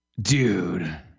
Dude